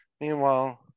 Meanwhile